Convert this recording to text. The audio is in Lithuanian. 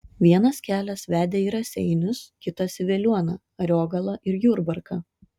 vienas kelias vedė į raseinius kitas į veliuoną ariogalą ir jurbarką